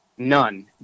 None